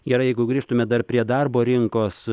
gerai jeigu grįžtume dar prie darbo rinkos